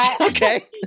Okay